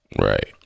Right